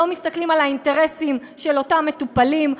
לא מסתכלים על האינטרסים של אותם מטופלים,